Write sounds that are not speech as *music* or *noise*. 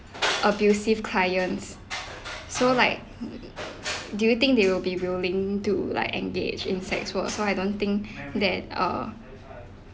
abusive clients so like do you think they will be willing to like engage in sex work so I don't think *breath* that err